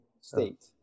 state